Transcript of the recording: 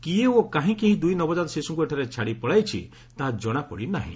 କିଏ ଓ କାହିଁକି ଏହି ଦୂଇ ନବଜାତ ଶିଶ୍ୱଙ୍କୁ ଏଠାରେ ଛାଡ଼ି ପଳାଇଛି ତାହା ଜଣାପଡ଼ି ନାହିଁ